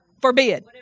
Forbid